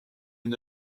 une